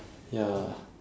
ya